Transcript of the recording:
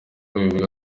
abivuga